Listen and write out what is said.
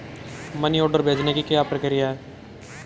Money order भेजने की प्रक्रिया क्या है?